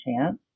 chance